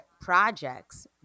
projects